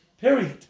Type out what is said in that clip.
period